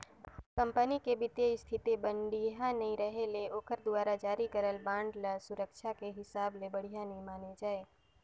company के बित्तीय इस्थिति बड़िहा नइ रहें ले ओखर दुवारा जारी करल बांड ल सुरक्छा के हिसाब ले बढ़िया नइ माने जाए